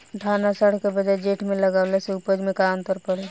धान आषाढ़ के बजाय जेठ में लगावले से उपज में का अन्तर पड़ी?